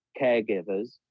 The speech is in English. caregivers